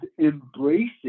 embracing